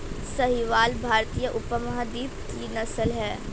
साहीवाल भारतीय उपमहाद्वीप की नस्ल है